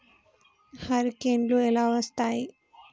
హరికేన్లు ఎలా వస్తాయి?